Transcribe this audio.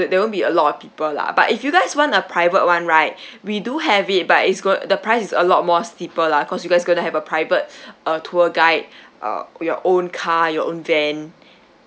there won't be a lot of people lah but if you guys want a private [one] right we do have it but it's go~ the price is a lot more steeper lah cause you guys going to have a private uh tour guide uh your own car your own van